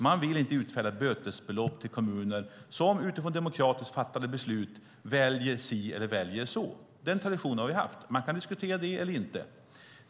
Man vill inte utfärda ett bötesbelopp till kommuner som utifrån demokratiskt fattade beslut väljer si eller så. Den traditionen har vi haft. Man kan diskutera om det ska vara så eller inte.